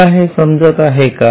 तुम्हाला हे समजत आहे का